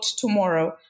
tomorrow